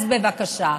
אז בבקשה,